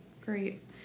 Great